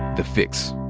the fix,